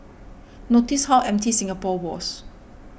notice how empty Singapore was